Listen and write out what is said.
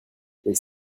les